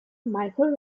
michael